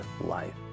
life